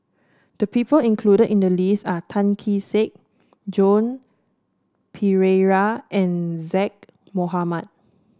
the people included in the list are Tan Kee Sek Joan Pereira and Zaqy Mohamad